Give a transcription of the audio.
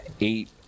Eight